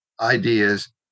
ideas